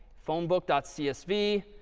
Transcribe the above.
phone book dot csv,